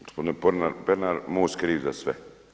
Gospodine Pernar, MOST kriv za sve.